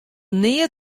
nea